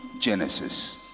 Genesis